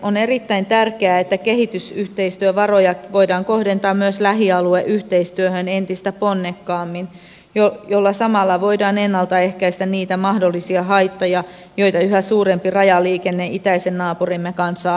on erittäin tärkeää että kehitysyhteistyövaroja voidaan kohdentaa myös lähialueyhteistyöhön entistä ponnekkaammin jolloin samalla voidaan ennalta ehkäistä niitä mahdollisia haittoja joita yhä suurempi rajaliikenne itäisen naapurimme kanssa aiheuttaa